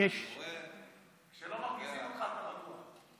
כשלא מרגיזים אותך אתה רגוע.